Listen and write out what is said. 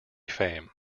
fame